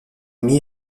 amis